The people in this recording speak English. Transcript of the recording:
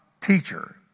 teacher